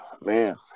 man